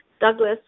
Douglas